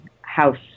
house